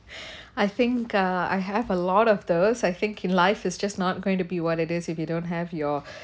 I think uh I have a lot of thought I think in life it's just not going to be what it is if you don't have your